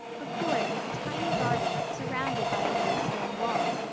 before it was a tiny garden, surrounded by a low stone wall.